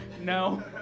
No